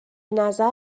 نظر